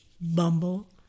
Bumble